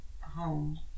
home